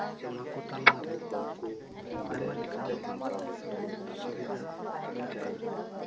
ᱡᱮᱢᱚᱱ ᱟᱵᱚ ᱦᱚᱲ ᱠᱚ ᱢᱩᱫᱽᱨᱮ ᱥᱮ ᱥᱟᱱᱛᱟᱲ ᱵᱚᱭᱦᱟ ᱠᱚ ᱛᱟᱞᱟᱨᱮ ᱠᱟᱞᱪᱟᱨ